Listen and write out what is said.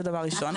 זה דבר ראשון.